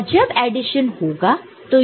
और जब एडिशन होगा तो यह सम 0 होगा